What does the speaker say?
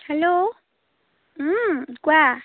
hello ও কোৱা